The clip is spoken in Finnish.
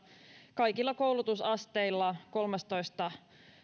kaikilla koulutusasteilla kolmastoista